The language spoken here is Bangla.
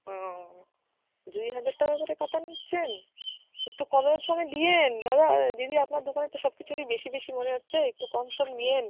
ও দুই হাজার টাকা করে কাতান নিচ্ছেন একটু কমেও সমে দিয়েন দাদা দিদি আপনার দোকানের তো সব কিছুরই বেশি বেশি মনে হচ্ছে একটু কম সম নিয়েন